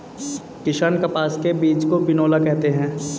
किसान कपास के बीज को बिनौला कहते है